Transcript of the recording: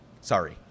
Sorry